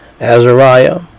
Azariah